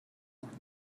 noch